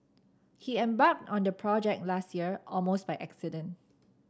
he embarked on the project last year almost by accident